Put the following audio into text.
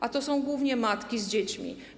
A to są głównie matki z dziećmi.